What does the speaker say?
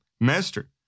Master